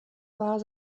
war